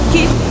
Keep